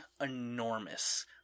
enormous